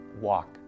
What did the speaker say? Walk